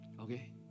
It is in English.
Okay